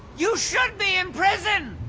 you should be in prison.